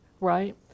right